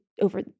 over